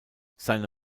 seine